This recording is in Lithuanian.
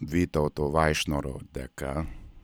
vytauto vaišnoro dėka